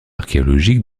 archéologique